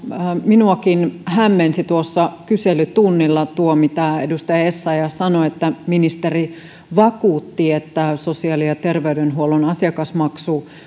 minuakin hämmensi tuossa kyselytunnilla tuo mistä edustaja essayah sanoi että ministeri vakuutti että sosiaali ja terveydenhuollon asiakasmaksu